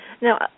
Now